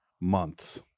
months